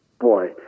boy